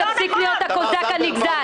תפסיק להיות הקוזק הנגזל.